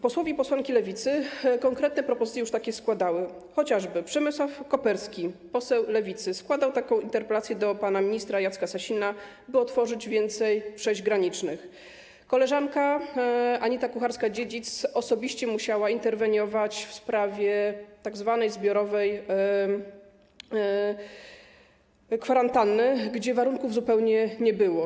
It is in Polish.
Posłowie i posłanki Lewicy już takie konkretne propozycje składali, chociażby Przemysław Koperski, poseł Lewicy, składał taką interpelację do pana ministra Jacka Sasina, by otworzyć więcej przejść granicznych, koleżanka Anita Kucharska-Dziedzic osobiście musiała interweniować w sprawie tzw. zbiorowej kwarantanny, w przypadku której warunków zupełnie nie było.